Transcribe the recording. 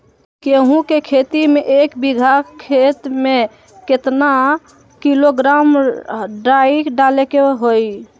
गेहूं के खेती में एक बीघा खेत में केतना किलोग्राम डाई डाले के होई?